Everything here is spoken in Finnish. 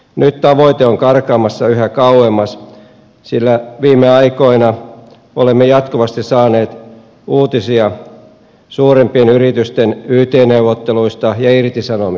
nyt tavoite on karkaamassa yhä kauemmas sillä viime aikoina olemme jatkuvasti saaneet uutisia suurimpien yritysten yt neuvotteluista ja irtisanomisista